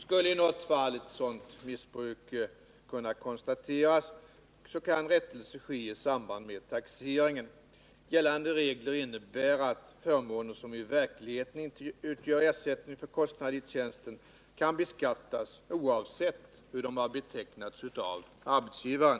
Skulle i något fall ett sådant missbruk kunna konstateras kan rättelse ske i samband med taxeringen. Gällande regler innebär att förmåner, som i verkligheten inte utgör ersättning för kostnad i tjänsten, kan beskattas oavsett hur de har betecknats av arbetsgivaren.